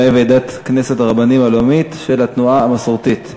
באי ועידת כנסת הרבנים הלאומית של התנועה המסורתית.